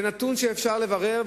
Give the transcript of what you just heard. זה נתון שאפשר לברר,